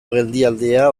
geldialdia